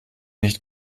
nicht